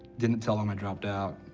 didn't tell them i dropped out,